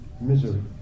misery